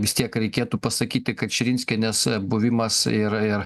vis tiek reikėtų pasakyti kad širinskienės buvimas ir ir